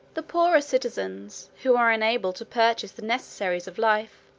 the poorer citizens, who were unable to purchase the necessaries of life,